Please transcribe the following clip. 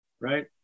right